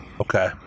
Okay